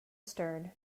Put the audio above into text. stern